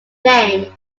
name